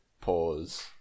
pause